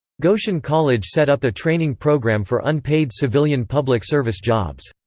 goshen college set up a training program for unpaid civilian public service jobs.